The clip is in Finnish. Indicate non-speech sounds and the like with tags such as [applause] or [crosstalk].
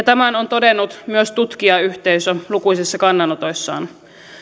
[unintelligible] tämän on todennut myös tutkijayhteisö lukuisissa kannanotoissaan